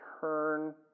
turn